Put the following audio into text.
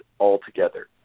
altogether